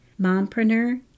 mompreneur